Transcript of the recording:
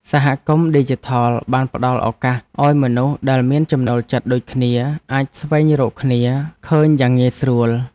សហគមន៍ឌីជីថលបានផ្ដល់ឱកាសឱ្យមនុស្សដែលមានចំណូលចិត្តដូចគ្នាអាចស្វែងរកគ្នាឃើញយ៉ាងងាយស្រួល។